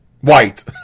white